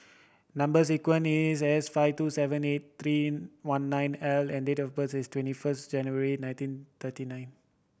number sequence is S five two seven eight three one nine L and the date of birth is twenty first January nineteen thirty nine